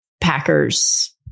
Packers